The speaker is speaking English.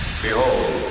Behold